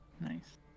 Nice